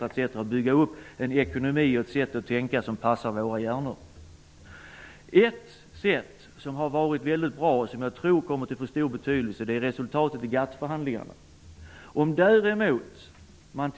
Det gäller att bygga upp en ekonomi och ett sätt att tänka som passar våra hjärnor. I det här sammanhanget tror jag att resultatet av GATT-förhandlingarna kommer att få stor betydelse.